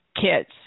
kids